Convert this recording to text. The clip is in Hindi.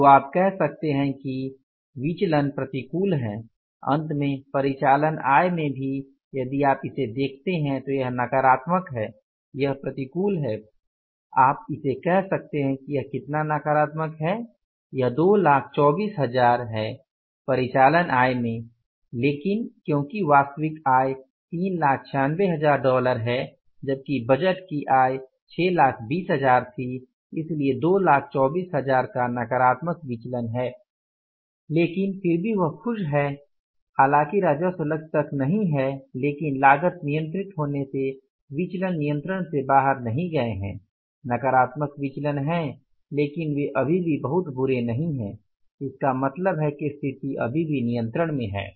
तो आप कह सकते हैं कि विचलन प्रतिकूल हैं अंत में परिचालन आय में भी हैं यदि आप इसे देखते हैं तो यह नकारात्मक है यह प्रतिकूल है आप इसे कह सकते हैं कि यह कितना नकारात्मक है यह 224000 है परिचालन आय में लेकिन क्योंकि वास्तविक आय 396000 डॉलर है जबकि बजट की आय 620000 थी इसलिए 224000 का नकारात्मक विचलन है लेकिन फिर भी वह खुश है कि हालांकि राजस्व लक्ष्य तक नहीं है लेकिन लागत नियंत्रित होने से विचलन नियंत्रण से बाहर नहीं गए है नकारात्मक विचलन हैं लेकिन वे अभी भी बहुत बुरे नहीं है इसका मतलब है कि स्थिति अभी भी नियंत्रण में है